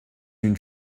une